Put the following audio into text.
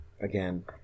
Again